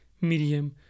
medium